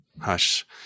Hush